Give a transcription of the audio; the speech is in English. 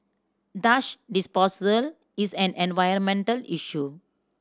dash disposal is an environmental issue